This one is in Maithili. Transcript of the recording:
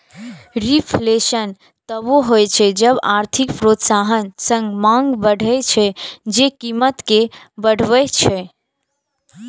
रिफ्लेशन तबो होइ छै जब आर्थिक प्रोत्साहन सं मांग बढ़ै छै, जे कीमत कें बढ़बै छै